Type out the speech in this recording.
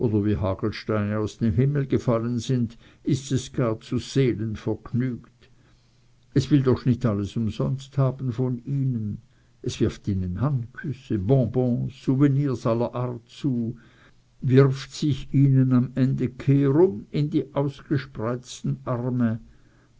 wie hagelsteine vom himmel gefallen sind ist es gar zu seelenvergnügt es will doch nicht alles umsonst haben von ihnen es wirft ihnen handküsse bonbons souvenirs aller art zu wirft sich ihnen am ende kehrum in die ausgespreizten arme